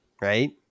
right